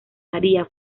maría